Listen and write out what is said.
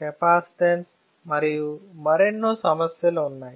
capacitance మరియు మరెన్నో సమస్యలు ఉన్నాయి